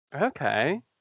Okay